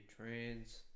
trans